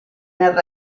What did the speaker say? nel